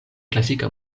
klasika